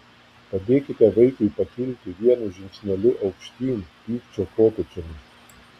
padėkite vaikui pakilti vienu žingsneliu aukštyn pykčio kopėčiomis